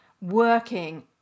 working